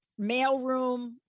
mailroom